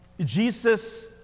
Jesus